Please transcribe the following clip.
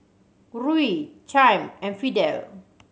Ruie Chaim and Fidel